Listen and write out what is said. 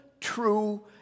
true